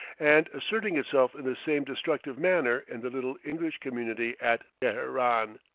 and asserting itself in the same destructive manner in the little english community at teheran.